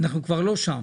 אנחנו כבר לא שם.